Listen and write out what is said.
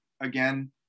again